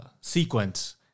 sequence